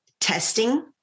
testing